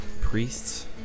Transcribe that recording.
priests